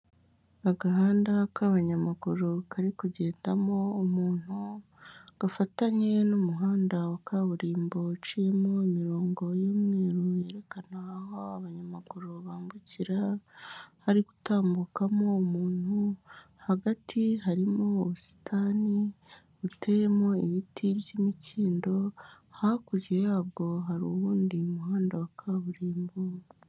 Agahanda k'abanyamaguru kari kugendamo umuntu, gafatanye n'umuhanda wa kaburimbo uciyemo imirongo y'umweru yerekana aho abanyamaguru bambukira, hari gutambukamo umuntu, hagati harimo ubusitani buteyemo ibiti by'imikindo, hakurya yabwo hari uwundi muhanda wa kaburimbo.